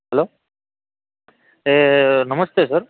hello એ નમસ્તે sir